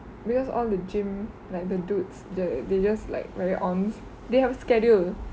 because all the gym like the dudes the they just like very on they have schedule